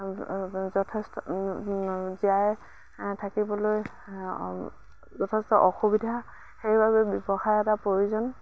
যথেষ্ট জীয়াই থাকিবলৈ যথেষ্ট অসুবিধা সেইবাবে ব্যৱসায় এটাৰ প্ৰয়োজন